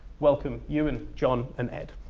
welcome, ewen, john, and ed.